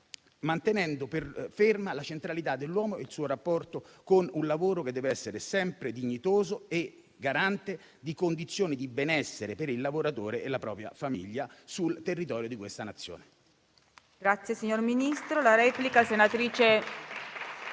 mantenendo fermi la centralità dell'uomo e il suo rapporto con un lavoro che deve essere sempre dignitoso e garante di condizioni di benessere per il lavoratore e la propria famiglia sul territorio di questa Nazione.